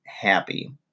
happy